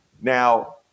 Now